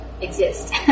exist